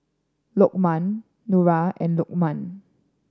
Lokman Nura and Lukman